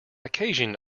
occasion